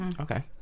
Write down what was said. Okay